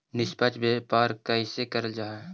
निष्पक्ष व्यापार कइसे करल जा हई